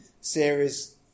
series